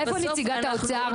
איפה נציגת האוצר?